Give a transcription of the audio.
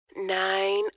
Nine